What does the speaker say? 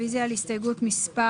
רוויזיה על הסתייגות מס'